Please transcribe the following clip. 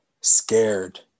scared